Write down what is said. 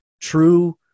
true